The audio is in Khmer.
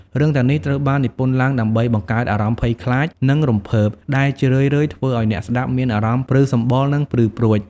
រឿងទាំងនេះត្រូវបាននិពន្ធឡើងដើម្បីបង្កើតអារម្មណ៍ភ័យខ្លាច និងរំភើប ដែលជារឿយៗធ្វើឱ្យអ្នកស្ដាប់មានអារម្មណ៍ព្រឺសម្បុរ និងព្រឺព្រួច។